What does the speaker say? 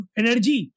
energy